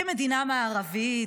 מדינה מערבית,